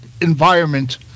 environment